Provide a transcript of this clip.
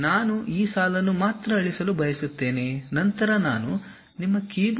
ನಾನು ಈ ಸಾಲನ್ನು ಮಾತ್ರ ಅಳಿಸಲು ಬಯಸುತ್ತೇನೆ ನಂತರ ನಾನು ನಿಮ್ಮ ಕೀಬೋರ್ಡ್ನಲ್ಲಿ ಅಳಿಸು ಬಟನ್ ಒತ್ತಿ